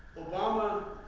obama,